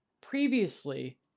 previously